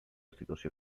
situació